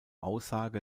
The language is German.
aussage